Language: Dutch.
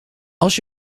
als